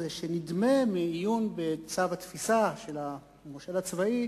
שנדמה מעיון בצו התפיסה של המושל הצבאי,